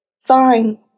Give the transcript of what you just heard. Fine